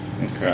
Okay